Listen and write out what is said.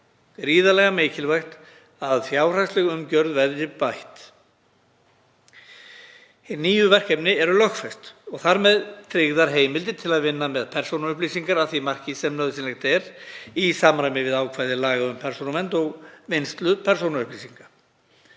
Gríðarlega mikilvægt er að fjárhagsleg umgjörð verði bætt. Hin nýju verkefni eru lögfest og þar með tryggðar heimildir til að vinna með persónuupplýsingar að því marki sem nauðsynlegt er í samræmi við ákvæði laga um persónuvernd og vinnslu persónuupplýsinga.